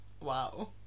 Wow